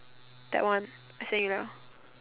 that one I send you ya